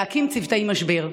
להקים צוותי משבר.